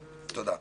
תודה.